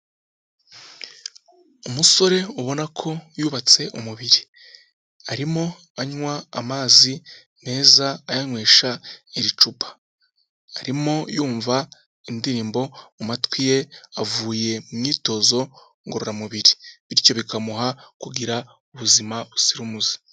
Umusore ubona ko yubatse umubiri. Arimo anywa amazi meza ayanywesha iri cupa. Arimo yumva indirimbo mu matwi ye, avuye mu myitozo ngororamubiri, bityo bikamuha kugira ubuzima buzira umuze.